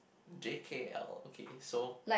J kay L okay so